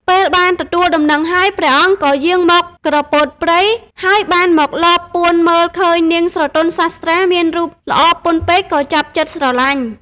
ពេលបានទទួលដំណឹងហើយ ព្រះអង្គក៏យាងមកក្រពោតព្រៃ ហើយបានមកលបពួនមើលឃើញនាងស្រទន់សាស្ត្រាមានរូបល្អពន់ពេកក៏ចាប់ចិត្តស្រលាញ់ ។